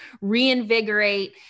reinvigorate